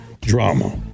drama